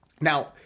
Now